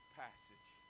passage